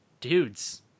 dudes